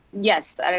yes